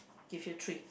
give you three